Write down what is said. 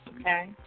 Okay